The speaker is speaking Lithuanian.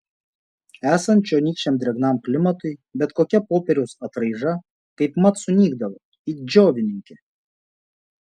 esant čionykščiam drėgnam klimatui bet kokia popieriaus atraiža kaipmat sunykdavo it džiovininkė